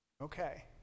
Okay